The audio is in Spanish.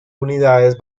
unidades